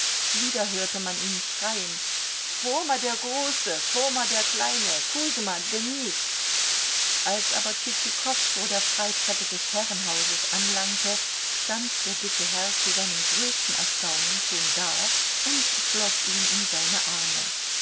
wieder hörte man ihn schreien foma der große foma der kleine kusjma denis als aber tschitschikow vor der freitreppe des herrenhauses anlangte stand der dicke herr zu seinem größten erstaunen schon da und schloß ihn in seine arme